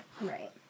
Right